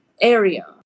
area